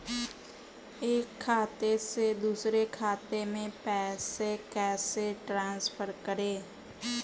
एक खाते से दूसरे खाते में पैसे कैसे ट्रांसफर करें?